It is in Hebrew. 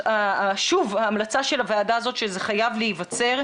שוב, ההמלצה של הוועדה הזאת שזה חייב להיווצר.